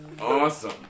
awesome